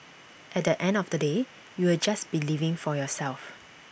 at the end of the day you'll just be living for yourself